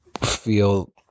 feel